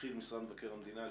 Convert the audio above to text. יתחיל משרד מבקר המדינה.